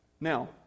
Now